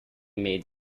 made